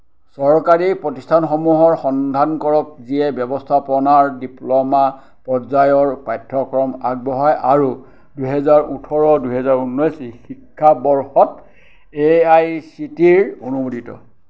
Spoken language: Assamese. চৰকাৰী প্ৰতিষ্ঠানসমূহৰ সন্ধান কৰক যিয়ে ব্যৱস্থাপনাৰ ডিপ্ল'মা পৰ্য্য়ায়ৰ পাঠ্যক্ৰম আগবঢ়ায় আৰু দুহেজাৰ ওঠৰ দুহেজাৰ ঊনৈশ শিক্ষাবৰ্ষত এ আই চি টিৰ অনুমোদিত